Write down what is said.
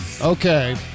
Okay